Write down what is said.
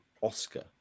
Oscar